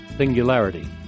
Singularity